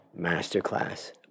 Masterclass